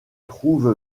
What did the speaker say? trouve